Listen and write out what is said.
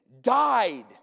died